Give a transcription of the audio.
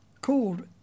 called